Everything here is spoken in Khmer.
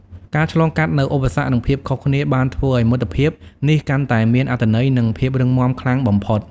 ការឆ្លងកាត់នូវឧបសគ្គនិងភាពខុសគ្នាបានធ្វើឲ្យមិត្តភាពនេះកាន់តែមានអត្ថន័យនិងភាពរឹងមាំខ្លាំងបំផុត។